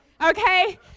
Okay